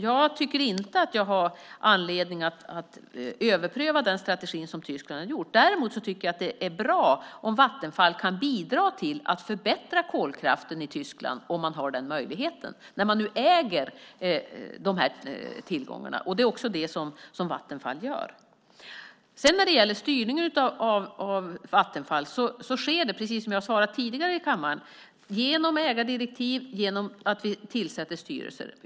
Jag tycker inte att jag har anledning att överpröva den strategi som Tyskland har valt. Däremot tycker jag att det är bra om Vattenfall kan bidra till att förbättra kolkraften i Tyskland om man har den möjligheten när man nu äger dessa tillgångar. Det är också det som Vattenfall gör. När det gäller styrningen av Vattenfall sker den, precis som jag har svarat tidigare i kammaren, genom ägardirektiv och genom att vi tillsätter styrelser.